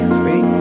free